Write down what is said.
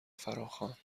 فراخواند